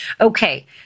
Okay